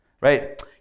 Right